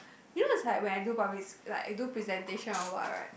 you know it's like when I do public sp~ like I do presentation or what right